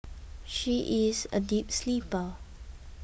she is a deep sleeper